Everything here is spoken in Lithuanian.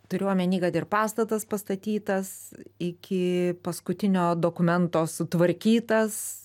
turiu omeny kad ir pastatas pastatytas iki paskutinio dokumento sutvarkytas